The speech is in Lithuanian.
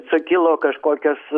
sukilo kažkokios